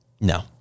No